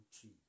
tree